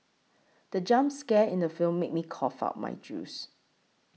the jump scare in the film made me cough out my juice